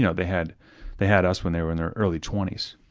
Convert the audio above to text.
you know they had they had us when they were in their early twenty s.